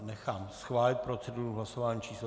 Nechám schválit proceduru v hlasování číslo 378.